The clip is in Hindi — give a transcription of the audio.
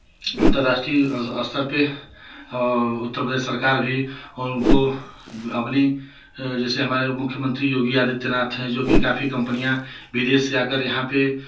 अंतर्राष्ट्रीय अस्तर पे उत्तर प्रदेश सरकार भी उनको अपनी जैसे हमारे मुख्यमंत्री योगी आदित्यनाथ हैं जो कि काफी कम्पनियाँ विदेश से आकर यहाँ पे